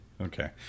Okay